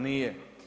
Nije!